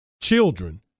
children